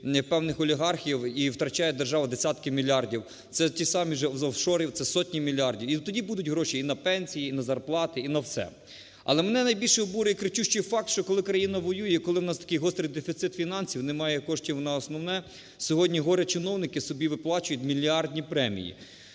певних олігархів і втрачає держава десятки мільярдів. Це ті ж самі офшори, це сотні мільярдів. І тоді будуть гроші і на пенсії, і на зарплати, і на все. Але мене найбільш обурює кричущий факт, що коли країна воює, коли у нас такий гострий дефіцит фінансів, немає коштів на основне, сьогодні горе-чиновники собі виплачують мільярдні премії.